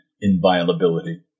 inviolability